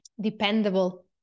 dependable